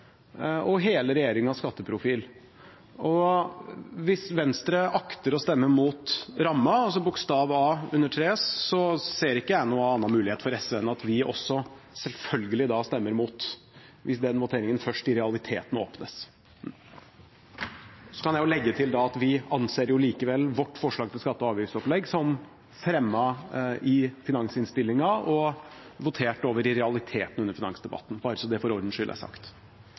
og hele regjeringens skatteprofil. Hvis Venstre akter å stemme mot rammen, altså A under Innst. 3 S for 2016–2017, ser ikke jeg noen annen mulighet for SV enn at også vi da selvfølgelig stemmer mot – hvis den voteringen først i realiteten åpnes. Så kan jeg legge til at vi anser likevel vårt forslag til skatte- og avgiftsopplegg som fremmet i finansinnstillingen og votert over i realiteten under finansdebatten – bare så det for ordens skyld er sagt.